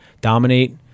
dominate